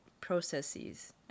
processes